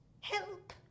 Help